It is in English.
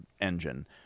engine